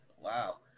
Wow